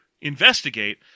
investigate